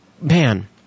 Man